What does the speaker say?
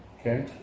Okay